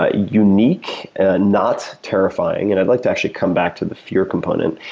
ah unique and not terrifying. and i'd like to actually come back to the fear component.